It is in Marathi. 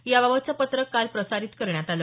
याबाबतचं पत्रक काल प्रसारित करण्यात आलं